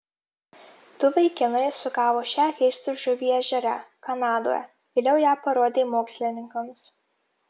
du vaikinai sugavo šią keistą žuvį ežere kanadoje vėliau ją parodė mokslininkams